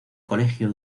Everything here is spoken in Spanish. colegio